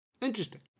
Interesting